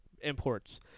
imports